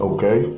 Okay